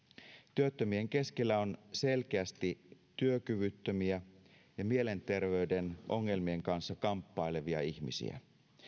työttömien keskellä on selkeästi työkyvyttömiä ja mielenterveyden ongelmien kanssa kamppailevia ihmisiä